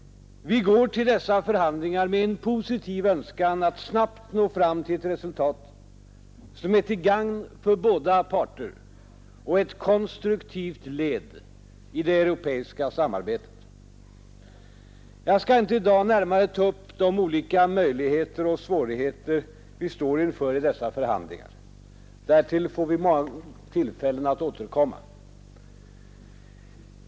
Vi går till dessa förhandlingar med en positiv önskan att snabbt nå fram till ett resultat som är till gagn för båda parter och ett konstruktivt led i det europeiska samarbetet. Jag skall inte i dag ta upp de olika möjligheter och svårigheter vi står inför i dessa förhandlingar. Därtill får vi många tillfällen att återkomma.